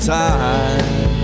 time